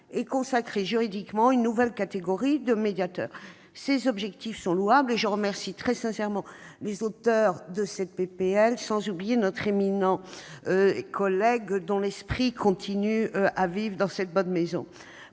et à consacrer juridiquement une nouvelle catégorie de médiateur. Ces objectifs sont louables, et je remercie très sincèrement ses auteurs, sans oublier notre éminent collègue François Pillet, dont l'esprit continue à vivre dans cette maison.